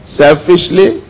selfishly